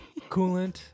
Coolant